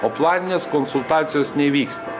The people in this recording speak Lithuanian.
o planinės konsultacijos nevyksta